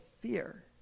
fear